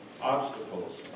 obstacles